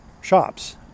shops